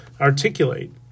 articulate